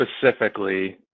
specifically